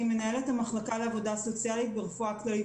אני מנהלת המחלקה לעבודה סוציאלית ברפואה כללית